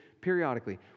periodically